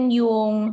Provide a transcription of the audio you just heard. yung